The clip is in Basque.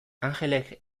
anjelek